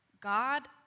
God